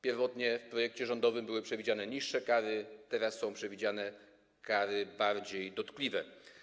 Pierwotnie w projekcie rządowym były przewidziane niższe kary, teraz są przewidziane kary bardziej dotkliwe.